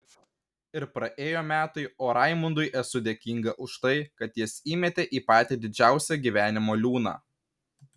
ir praėjo metai o raimundui esu dėkinga už tai kad jis įmetė į patį didžiausią gyvenimo liūną